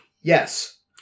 Yes